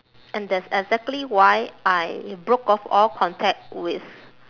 and that's exactly why I broke off all contact with